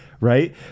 Right